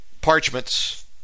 parchments